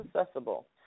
accessible